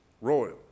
Royal